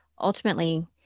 ultimately